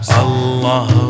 Allah